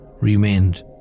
remained